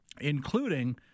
including